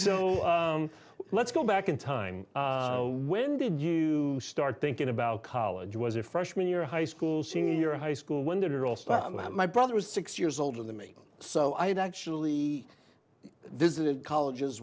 let's go back in time when did you start thinking about college was a freshman year high school senior high school when my brother was six years older than me so i had actually visited colleges